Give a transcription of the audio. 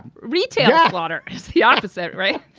rita. yeah slaughter is the opposite, right?